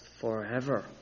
forever